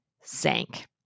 sank